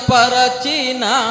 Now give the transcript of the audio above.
Parachina